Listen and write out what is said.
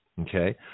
Okay